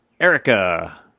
Erica